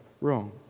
wrong